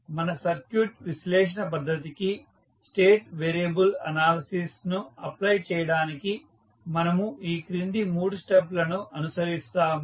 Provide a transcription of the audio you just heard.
మన సర్క్యూట్ విశ్లేషణ పద్ధతికి స్టేట్ వేరియబుల్ అనాలిసిస్ ను అప్లై చేయడానికి మనము ఈ క్రింది మూడు స్టెప్ లను అనుసరిస్తాము